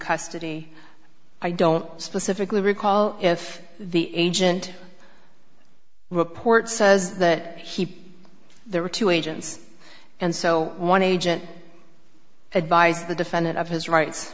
custody i don't specifically recall if the agent report says that he there were two agents and so one agent advised the defendant of his rights